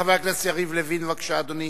חבר הכנסת יריב לוין, בבקשה, אדוני.